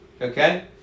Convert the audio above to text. Okay